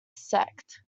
sect